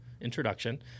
introduction